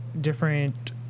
Different